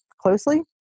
closely